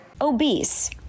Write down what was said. obese